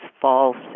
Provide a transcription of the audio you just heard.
false